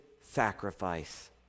sacrifice